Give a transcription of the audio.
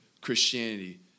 Christianity